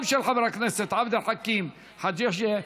גם היא של חבר הכנסת עבד אל חכים חאג' יחיא,